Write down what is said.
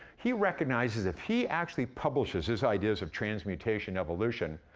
he recognizes if he actually publishes his ideas of transmutation evolution,